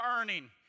earning